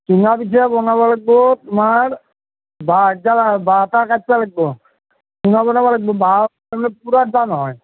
চুঙা পিঠা বনাব লাগবো তোমাৰ বাঁহ চাহ কাটবা লাগবো চুঙা বনাব লাগবো বাঁহৰ মানে পুৰঠ বাঁহ নহয়